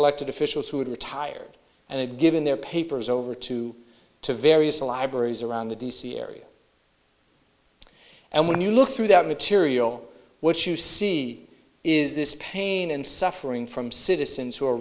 elected officials who had retired and it given their papers over to to various libraries around the d c area and when you look through that material what you see is this pain and suffering from citizens who are